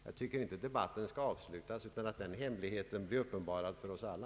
Jag tycker inte att debatten skall avslutas utan att den hemligheten blir uppenbarad för oss alla.